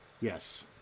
Yes